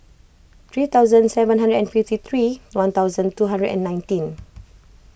three thousand seven hundred and fifty three one thousand two hundred and nineteen